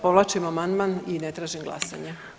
Povlačimo amandman i ne tražim glasanje.